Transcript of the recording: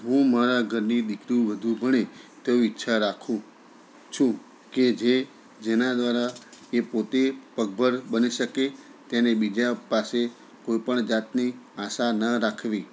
હું મારા ઘરની દીકરી વધુ ભણે એ ઈચ્છા રાખું છું કે જે જેના દ્વારા એ પોતે પગભર બની શકે તેને બીજા પાસે કોઈ પણ જાતની આશા ન રાખવી